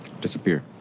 disappear